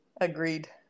agreed